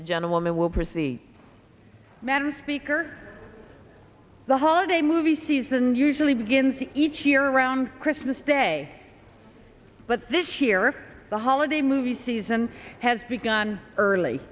the gentleman will proceed man speaker the holiday movie season usually begins each year around christmas day but this year the holiday movie season has begun early